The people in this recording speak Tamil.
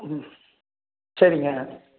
ம் சரிங்க